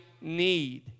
need